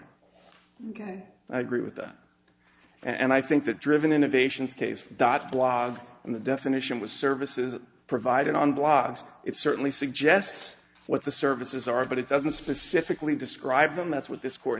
r i agree with that and i think that driven innovations case dot blog and the definition was services provided on blogs it certainly suggests what the services are but it doesn't specifically describe them that's what this court